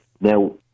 Now